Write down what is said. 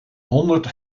honderd